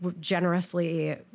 generously